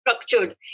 structured